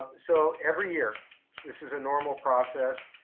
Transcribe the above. so, every year this is a normal process.